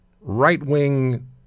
right-wing